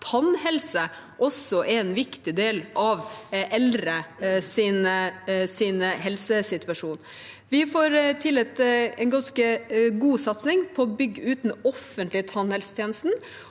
tannhelse også er en viktig del av eldres helsesituasjon. Vi får til en ganske god satsing på å bygge ut den offentlige tannhelsetjenesten,